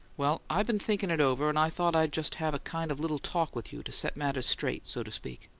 well, i been thinking it over, and i thought i'd just have a kind of little talk with you to set matters straight, so to speak.